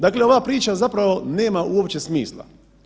Dakle, ova priča zapravo nema uopće smisla.